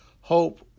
hope